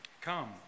Come